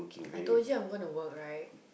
I told you I'm gonna work right